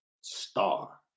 star